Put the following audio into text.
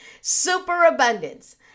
Superabundance